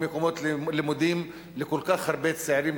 אספקת מקומות עבודה או מקומות לימודים לכל כך הרבה צעירים,